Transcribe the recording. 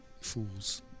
Fools